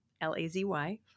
L-A-Z-Y